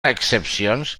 excepcions